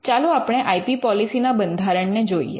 ચાલો આપણે I P policy ના બંધારણ ને જોઈએ